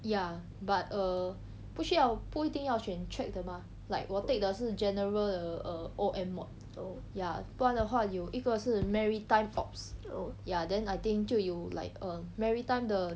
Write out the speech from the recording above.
ya but err 不需要不一定要选 track 的 mah like 我 take 的是 general de err O M mod ya 不然的话有一个是 maritime ops ya then I think 就有 like err maritime 的